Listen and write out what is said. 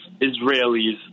Israelis